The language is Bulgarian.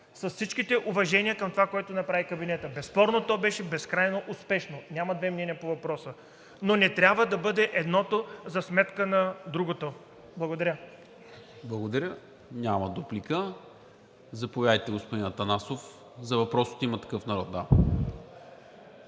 с всичките уважения към това, което направи кабинетът. Безспорно то беше безкрайно успешно – няма две мнения по въпроса, но не трябва да бъде едното за сметка на другото. Благодаря. ПРЕДСЕДАТЕЛ НИКОЛА МИНЧЕВ: Благодаря. Няма дуплика. Заповядайте, господин Атанасов, за въпрос от „Има такъв народ“.